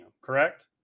Correct